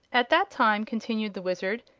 at that time, continued the wizard,